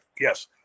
yes